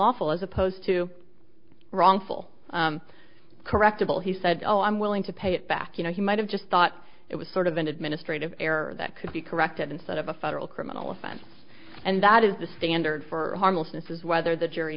unlawful as opposed to wrongful correctible he said oh i'm willing to pay it back you know he might have just thought it was sort of an administrative error that could be corrected instead of a federal criminal offense and that is the standard for harmlessness is whether the jury